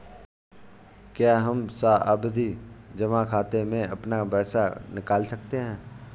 क्या हम सावधि जमा खाते से अपना पैसा निकाल सकते हैं?